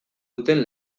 duten